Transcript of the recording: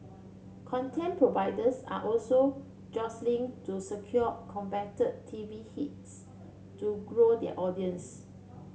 content providers are also jostling to secure coveted T V hits to grow their audiences